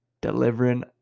Delivering